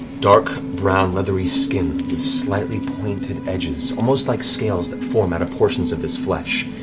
dark brown leathery skin with slightly pointed edges, almost like scales that form out of portions of this flesh.